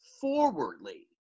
forwardly